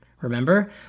Remember